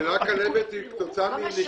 המילה "כלבת" היא כתוצאה מנשיכה.